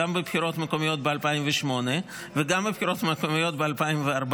גם בבחירות מקומיות ב-2008 וגם בחירות מקומית ב-2014.